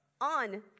on